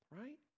right